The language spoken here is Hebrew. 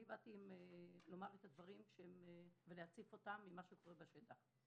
אני באתי להציף את הדברים ממה שקורה בשטח.